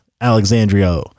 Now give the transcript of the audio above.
Alexandria